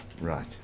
Right